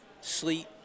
sleet